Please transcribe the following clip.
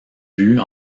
buts